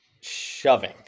shoving